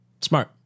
Smart